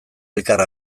elkar